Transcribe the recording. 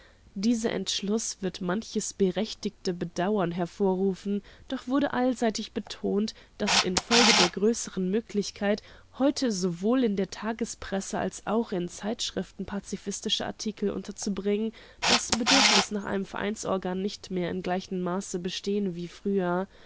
dieser entschluß wird manches berechtigte bedauern hervorrufen doch wurde allseitig betont daß infolge der größeren möglichkeit heute sowohl in der tagespresse als auch in zeitschriften pazifistische artikel unterzubringen das bedürfnis nach einem vereinsorgan nicht mehr in gleichem maße bestehe wie früher